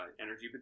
Energy